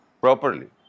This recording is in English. properly